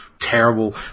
terrible